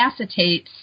acetates